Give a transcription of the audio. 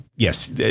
Yes